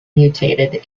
mutated